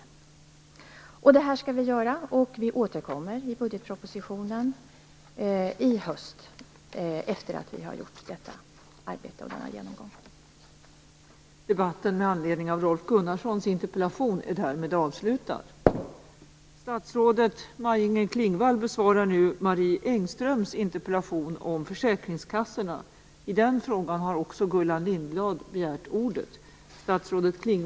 Detta skall regeringen nu göra, och återkommer i budgetpropositionen i höst efter det att detta arbete och denna genomgång avslutats.